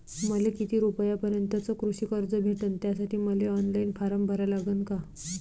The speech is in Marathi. मले किती रूपयापर्यंतचं कृषी कर्ज भेटन, त्यासाठी मले ऑनलाईन फारम भरा लागन का?